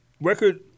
record